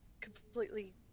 completely